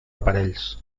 aparells